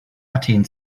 athen